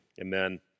amen